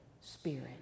spirit